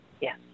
Yes